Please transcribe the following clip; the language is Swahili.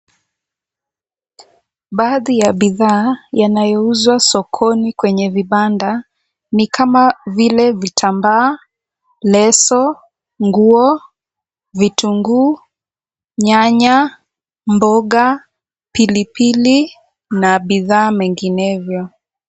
Baadhi ya bidhaa yanayouzwa sokoni kwenye vibanda ni kama vile; vitambaa, leso, nguo, vitunguu, nyanya, mboga, pili pili na bidhaa menginevyo.